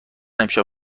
امشب